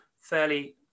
fairly